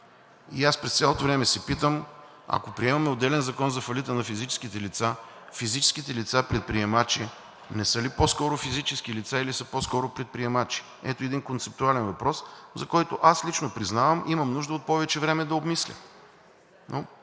и аз през цялото време се питам, ако приемем отделен закон за фалита на физическите лица, физическите лица-предприемачи не са ли по-скоро физически лица, или са по-скоро предприемачи? Ето един концептуален въпрос, за който аз лично признавам, имам нужда от повече време да обмисля.